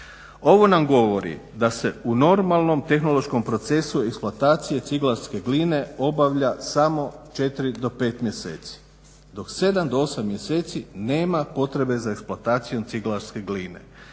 Ovo nam govori da se u normalnom tehnološkom procesu eksploatacije ciglarske gline obavlja samo četiri do pet mjeseci dok sedam do osam mjeseci nema potrebe za eksploatacijom ciglarske gline.